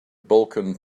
balkan